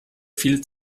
viel